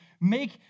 make